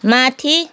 माथि